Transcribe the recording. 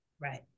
Right